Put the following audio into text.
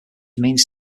means